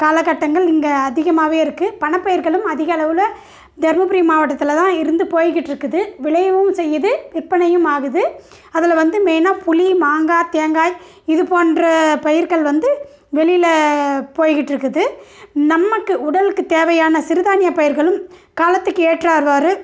காலகட்டங்கள் இங்கே அதிகமாகவே இருக்குது பணப்பயிர்களும் அதிக அளவில் தர்மபுரி மாவட்டத்தில் தான் இருந்து போயிக்கிட்டு இருக்குது விளையவும் செய்யுது விற்பனையும் ஆகுது அதில் வந்து மெயினாக புளி மாங்காய் தேங்காய் இதுபோன்ற பயிர்கள் வந்து வெளியில் போயிக்கிட்டு இருக்குது நமக்கு உடலுக்கு தேவையான சிறுதானிய பயிர்களும் காலத்திக்கு ஏற்றார்வாறு